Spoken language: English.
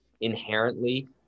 inherently